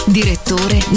direttore